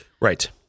Right